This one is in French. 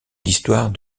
l’histoire